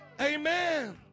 Amen